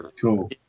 Cool